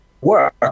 work